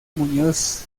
muñoz